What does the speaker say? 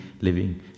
living